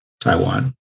Taiwan